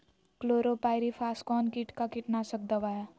Chlorpyrifos कौन किट का कीटनाशक दवा है?